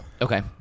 Okay